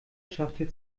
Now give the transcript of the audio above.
schachtel